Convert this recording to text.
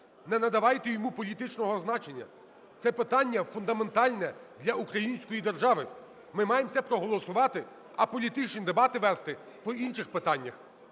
Не надавайте йому політичного значення, це питання фундаментальне для української держави. Ми маємо це проголосувати, а політичні дебати вести по інших питаннях.